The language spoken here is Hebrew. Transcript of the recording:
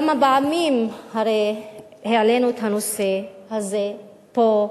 הרי כמה פעמים העלינו את הנושא הזה פה,